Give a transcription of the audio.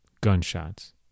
Gunshots